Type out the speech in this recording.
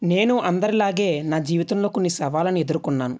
నేను అందరిలాగే నా జీవితంలో కొన్ని సవాళ్ళను ఎదుర్కున్నాను